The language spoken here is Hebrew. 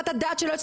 לי לילות